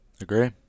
Agree